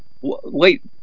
Wait